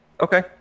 Okay